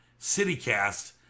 Citycast